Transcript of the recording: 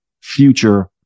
future